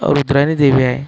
रूद्रायणी देवी आहे